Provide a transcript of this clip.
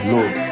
Lord